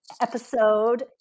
episode